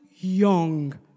young